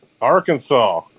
Arkansas